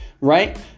right